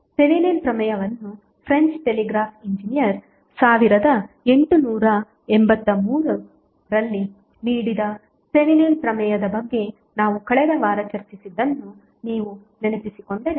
Thevenin ಪ್ರಮೇಯವನ್ನು French telegraph engineer 1883 ರಲ್ಲಿ ನೀಡಿದ್ದ ಥೆವೆನಿನ್ ಪ್ರಮೇಯದ ಬಗ್ಗೆ ನಾವು ಕಳೆದ ವಾರ ಚರ್ಚಿಸಿದ್ದನ್ನು ನೀವು ನೆನಪಿಸಿಕೊಂಡರೆ